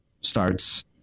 starts